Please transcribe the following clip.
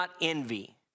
envy